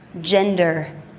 Gender